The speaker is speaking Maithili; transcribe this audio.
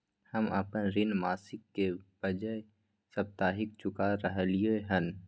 हम अपन ऋण मासिक के बजाय साप्ताहिक चुका रहलियै हन